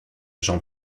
jean